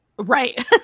Right